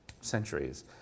centuries